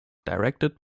directed